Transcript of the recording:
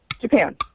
Japan